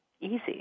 easy